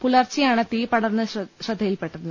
പുലർച്ചെയാണ് തീ പടർന്നത് ശ്രദ്ധയിൽപ്പെട്ടത്